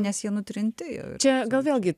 nes jie nutrinti čia gal vėlgi